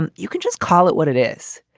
and you can just call it what it is.